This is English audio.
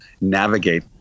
navigate